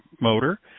motor